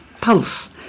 Pulse